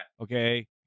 Okay